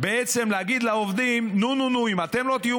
בעצם להגיד לעובדים: נו נו נו, אם אתם לא תהיו